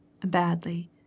badly